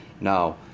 Now